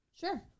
Sure